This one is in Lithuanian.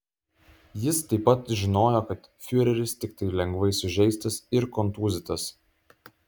jis taip pat žinojo kad fiureris tiktai lengvai sužeistas ir kontūzytas